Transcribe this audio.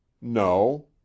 no